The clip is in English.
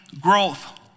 growth